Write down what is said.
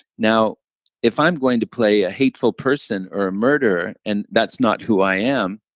now if i'm going to play a hateful person or a murderer, and that's not who i am,